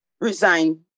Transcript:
resign